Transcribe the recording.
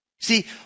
See